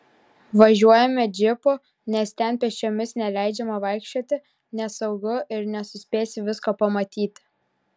važiuojame džipu nes ten pėsčiomis neleidžiama vaikščioti nesaugu ir nesuspėsi visko pamatyti